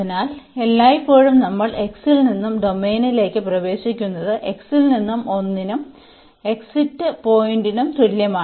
അതിനാൽ എല്ലായ്പ്പോഴും നമ്മൾ x ൽ നിന്ന് ഡൊമെയ്നിലേക്ക് പ്രവേശിക്കുന്നത് x ൽ നിന്ന് 1 നും എക്സിറ്റ് പോയിന്റിനും തുല്യമാണ്